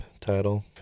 title